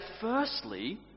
firstly